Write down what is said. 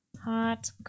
Hot